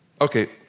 Okay